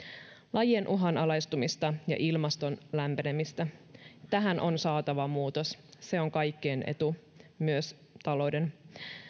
lajien uhanalaistumista ja ilmaston lämpenemistä tähän on saatava muutos se on kaikkien etu myös talouden